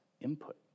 input